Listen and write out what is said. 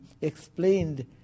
explained